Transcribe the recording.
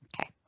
okay